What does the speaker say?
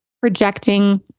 projecting